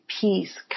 peace